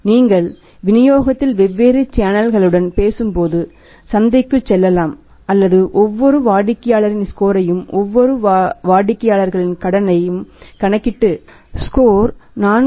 நீங்கள் விநியோகத்தின் வெவ்வேறு சேனல்களுடன் பேசும்போது சந்தைக்குச் செல்லலாம் அல்லது ஒவ்வொரு வாடிக்கையாளரின் ஸ்கோரையும் ஒவ்வொரு வாடிக்கையாளரின் கடனை கணக்கிட்டு ஸ்கோர் 4